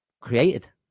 created